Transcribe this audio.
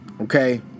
okay